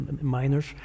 miners